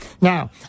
Now